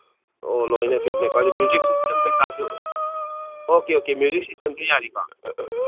ꯑꯣ ꯂꯣꯏꯅ ꯁꯦꯝꯃꯦ ꯑꯣ ꯃ꯭ꯌꯨꯖꯤꯛ ꯁꯤꯁꯇꯦꯝ ꯀꯩꯀꯥꯁꯨ ꯑꯣꯀꯦ ꯑꯣꯀꯦ ꯃ꯭ꯌꯨꯖꯤꯛ ꯁꯤꯁꯇꯦꯝꯁꯨ ꯌꯥꯔꯤꯀꯣ